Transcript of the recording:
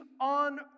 on